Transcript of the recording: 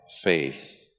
faith